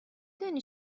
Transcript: دانی